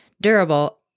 durable